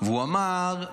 והוא אמר,